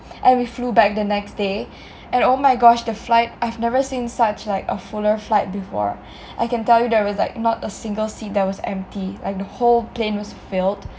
and we flew back the next day and oh my gosh the flight I've never seen such like a fuller flight before I can tell you there was like not a single seat that was empty like the whole plane was filled